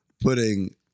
putting